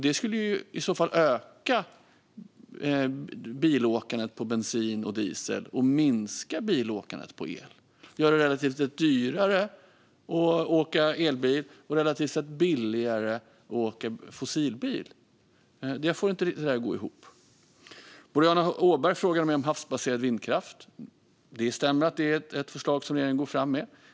Det skulle i så fall öka bilåkandet på bensin och diesel och minska bilåkandet på el. Det skulle göra det relativt sett dyrare att åka elbil och relativt sett billigare att åka fossilbil. Jag får inte riktigt det där att gå ihop. Boriana Åberg frågade mig om havsbaserad vindkraft, och det stämmer att det är ett förslag som regeringen går fram med.